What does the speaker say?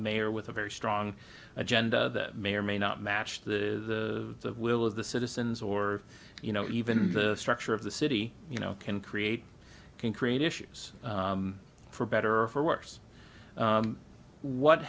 mayor with a very strong agenda may or may not match the will of the citizens or you know even the structure of the city you know can create can create issues for better or for worse what